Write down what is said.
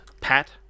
Pat